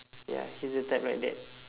ya he's the type like that